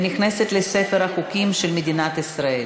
ונכנסת לספר החוקים של מדינת ישראל.